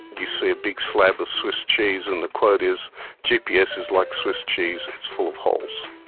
you see a big slab of swiss cheese, and the quote is gps is like swiss cheese, it's full of holes'.